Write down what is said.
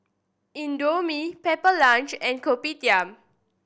Indomie Pepper Lunch and Kopitiam